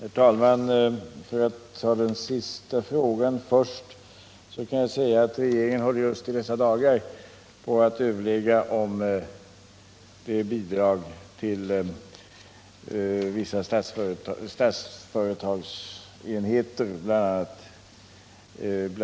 Herr talman! För att ta den sista frågan först kan jag säga att regeringen just i dessa dagar håller på att överväga frågan om bidrag till vissa Statsföretagsenheter, bl.a.